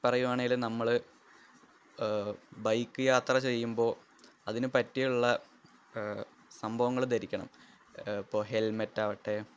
പറയുവാണേല് നമ്മൾ ബൈക്ക് യാത്ര ചെയ്യുമ്പോൾ അതിനു പറ്റിയുള്ള സംഭവങ്ങള് ധരിക്കണം ഇപ്പോൾ ഹെല്മറ്റ് ആകട്ടെ